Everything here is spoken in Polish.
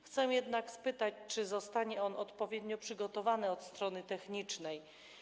Chcę jednak spytać, czy zostanie on odpowiednio przygotowany od strony technicznej.